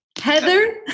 Heather